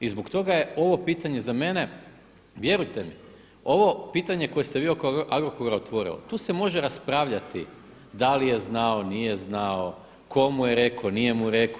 I zbog toga je ovo pitanje za mene vjerujte mi, ovo pitanje koje ste vi oko Agrokora otvorili to se može raspravljati da li je znao, nije znao, tko mu je rekao, nije mu rekao.